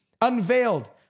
unveiled